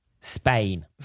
Spain